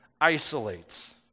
isolates